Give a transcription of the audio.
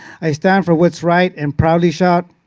i stand for what's right and proudly shout,